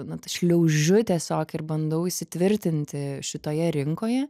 na tai šliaužiu tiesiog ir bandau įsitvirtinti šitoje rinkoje